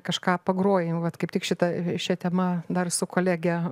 kažką pagroji nu vat kaip tik šitą šia tema dar su kolege